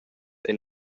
ein